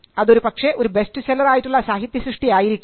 അതൊരുപക്ഷേ ഒരു best seller ആയിട്ടുള്ള സാഹിത്യസൃഷ്ടി ആയിരിക്കാം